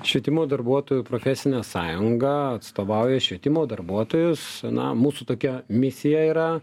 švietimo darbuotojų profesinė sąjunga atstovauja švietimo darbuotojus na mūsų tokia misija yra